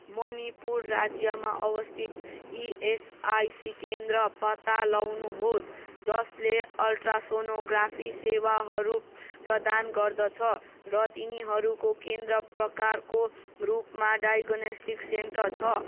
मणिपुर राज्यमा अवस्थित इएसआइसी केन्द्र पत्ता लगाउनुहोस् जसले अल्ट्रासोनोग्राफी सेवाहरू प्रदान गर्दछ र तिनीहरूको केन्द्र प्रकारको रूपमा डायगोनेस्टिक सेन्टर छ